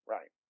Right